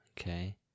Okay